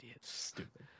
Stupid